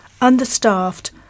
understaffed